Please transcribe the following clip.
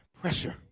pressure